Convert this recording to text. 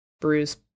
bruise